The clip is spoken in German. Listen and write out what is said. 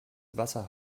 wasser